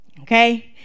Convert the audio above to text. okay